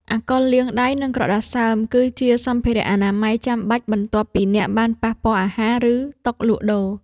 អាកុលលាងដៃ និងក្រដាសសើម គឺជាសម្ភារៈអនាម័យចាំបាច់បន្ទាប់ពីអ្នកបានប៉ះពាល់អាហារ ឬតុលក់ដូរ។